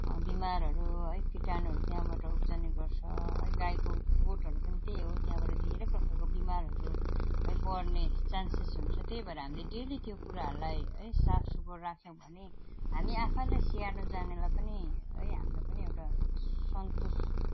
बिमारहरू है कीटाणुहरू त्यहाँबाट उब्जने गर्छ है गाईको गोठहरू पनि त्यही हो त्यहाँबाट धेरै प्रकारको बिमारहरू है बढ्ने चान्सेस हुन्छ त्यही भएर हामीले डेली त्यो कुराहरूलाई है सफा सुग्घर राख्यौँ भने हामी आफैलाई स्याहार्नु जानेलाई पनि है हामीलाई पनि एउटा सन्तोष